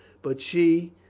but she,